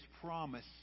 promise